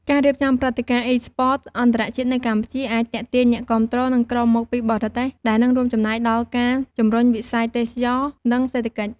ការរៀបចំព្រឹត្តិការណ៍ Esports អន្តរជាតិនៅកម្ពុជា អាចទាក់ទាញអ្នកគាំទ្រ និងក្រុមមកពីបរទេស ដែលនឹងរួមចំណែកដល់ការជំរុញវិស័យទេសចរណ៍ និងសេដ្ឋកិច្ច។